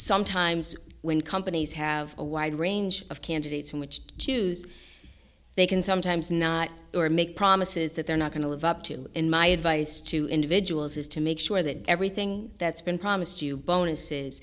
sometimes when companies have a wide range of candidates from which to choose they can sometimes not or make promises that they're not going to live up to in my advice to individuals is to make sure that everything that's been promised you bonuses